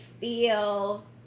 feel